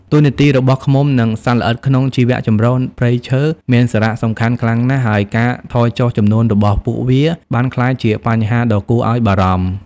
តួនាទីរបស់ឃ្មុំ និងសត្វល្អិតក្នុងជីវៈចម្រុះព្រៃឈើមានសារៈសំខាន់ខ្លាំងណាស់ ហើយការថយចុះចំនួនរបស់ពួកវាបានក្លាយជាបញ្ហាដ៏គួរឲ្យបារម្ភ។